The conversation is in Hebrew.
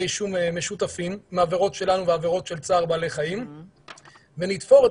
אישום משותפים עם העבירות שלנו והעבירות של צער בעלי חיים ונתפור את